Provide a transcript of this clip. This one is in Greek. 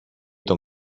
τον